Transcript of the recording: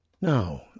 Now